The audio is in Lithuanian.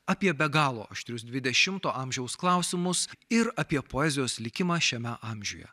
apie be galo aštrius dvidešimto amžiaus klausimus ir apie poezijos likimą šiame amžiuje